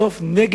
בסופו של דבר,